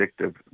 addictive